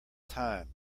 time